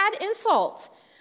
insult